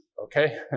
okay